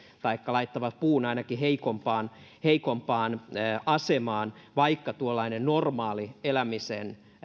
laittavat puun ainakin heikompaan heikompaan asemaan vaikka tuollainen normaali elämisen